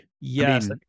Yes